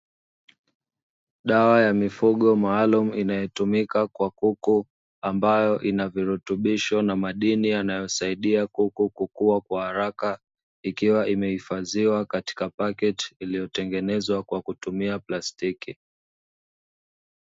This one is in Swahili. Dawa ya mifugo maalumu inayotumika kwa kuku ambayo ina virutubisho na madini, yanayo saidia kuku kukua kwa haraka ikiwa imehifadhiwa katika paketi iliyotengenezwa kwa kutumia plastiki.